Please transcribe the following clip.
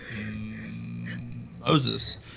Moses